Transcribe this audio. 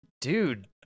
dude